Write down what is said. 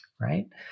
right